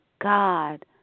God